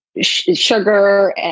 sugar